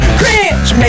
cringe